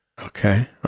Okay